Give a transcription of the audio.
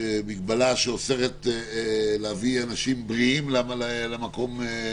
שאוסרת להביא אנשים בריאים למקום בידוד.